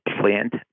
plant